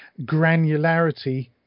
granularity